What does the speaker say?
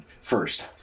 first